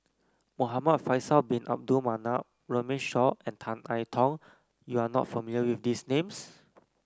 Muhamad Faisal Bin Abdul Manap Runme Shaw and Tan I Tong you are not familiar with these names